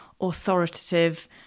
authoritative